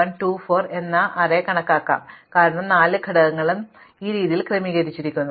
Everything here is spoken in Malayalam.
അതിനാൽ എനിക്ക് ഇതിനെ 3 1 2 4 എന്ന അറേ ആയി കണക്കാക്കാം കാരണം 4 ഘടകങ്ങളും 4 ഘടകങ്ങളും ഈ രീതിയിൽ ക്രമീകരിച്ചിരിക്കുന്നു